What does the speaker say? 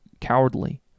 cowardly